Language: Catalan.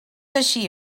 així